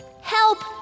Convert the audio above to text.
Help